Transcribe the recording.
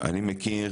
אני מכיר